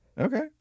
Okay